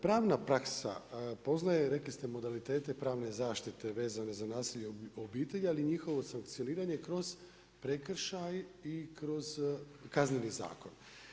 Pravna praksa poznaje rekli ste modalitete pravne zaštite vezane za nasilje u obitelj ali i njihovo sankcioniranje kroz prekršaj i kroz Kazneni zakon.